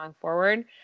forward